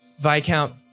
Viscount